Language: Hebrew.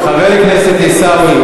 חבר הכנסת עיסאווי,